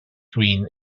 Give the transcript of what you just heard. green